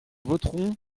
voterons